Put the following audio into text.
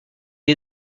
est